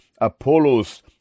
Apollos